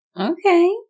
Okay